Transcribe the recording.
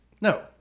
No